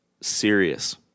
serious